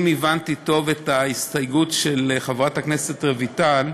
אם הבנתי טוב את ההסתייגות של חברת הכנסת רויטל,